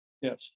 Yes